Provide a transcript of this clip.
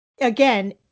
Again